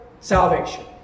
salvation